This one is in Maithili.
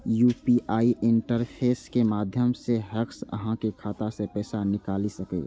यू.पी.आई इंटरफेस के माध्यम सं हैकर्स अहांक खाता सं पैसा निकालि सकैए